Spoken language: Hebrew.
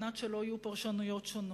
כדי שלא יהיו פרשנויות שונות,